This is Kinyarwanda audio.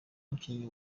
mukinnyi